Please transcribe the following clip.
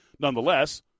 nonetheless